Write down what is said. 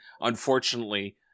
unfortunately